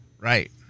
right